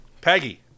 Peggy